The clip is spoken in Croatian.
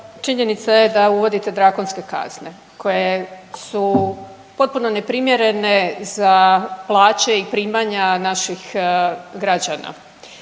činjenica je da uvodite drakonske kazne koje su potpuno neprimjerene za plaće i primanja naših građana.